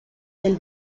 del